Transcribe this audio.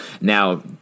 Now